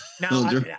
Now